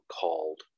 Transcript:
called